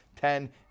ten